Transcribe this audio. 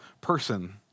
person